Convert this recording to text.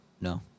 No